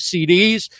CDs